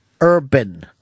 urban